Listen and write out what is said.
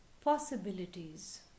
Possibilities